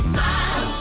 Smile